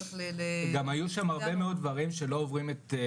גם היו שם הרבה דברים לא אנושיים.